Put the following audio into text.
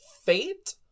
fate